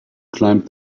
climbed